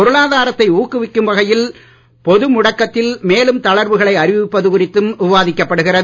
பொருளாதாரத்தை ஊக்குவிக்கும் வகையில் பொது ழுடக்கத்தில் மேலும் தளர்வுகளை அறிவிப்பது குறித்தும் விவாதிக்கப்படுகிறது